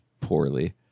poorly